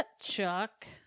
Chuck